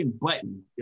button